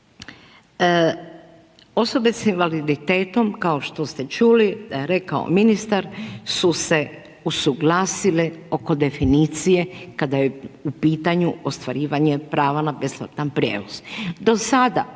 osobe sa invaliditetom rekao je ministar su se usuglasile oko definicije kada je u pitanju ostvarivanje prava na besplatan prijevoz.